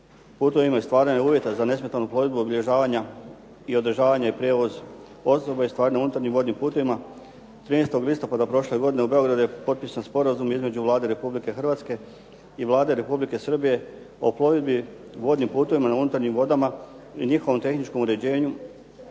putovima i stvaranja uvjeta za nesmetanu plovidbu, obilježavanja i održavanja i prijevoz osoba i stvari na unutarnjim vodnim putovima 13. listopada prošle godine u Beogradu je potpisan sporazum između Vlade Republike Hrvatske i Vlade Republike Srbije o plovidbi vodnim putovima na unutarnjim vodama i njihovom tehničkom uređenju